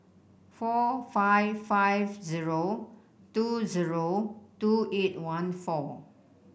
four five five zero two zero two eight one four